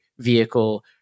vehicle